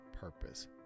purpose